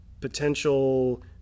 potential